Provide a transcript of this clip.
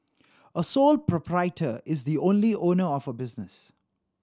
a sole proprietor is the only owner of a business